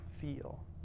feel